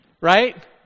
right